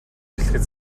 эхлэхэд